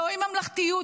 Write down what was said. זוהי ממלכתיות,